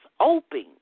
open